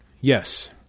Yes